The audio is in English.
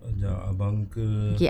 ah ajak abang ke